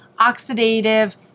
oxidative